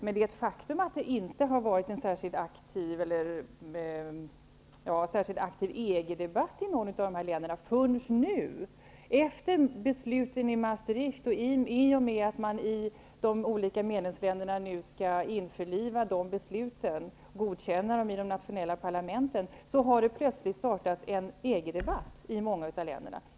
Men faktum är att det inte förekommit någon särskilt aktiv EG-debatt i de länderna förrän nu då de olika ländernas nationella parlament skall godkänna besluten i Maastricht. I och med detta har det plötsligt startats en EG-debatt i många av dessa länder.